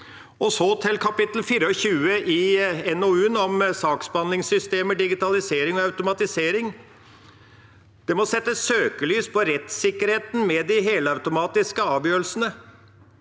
Så til kapittel 24 i NOU-en, om saksbehandlingssystemer, digitalisering og automatisering. Det må settes søkelys på rettssikkerheten med de helautomatiske avgjørelsene.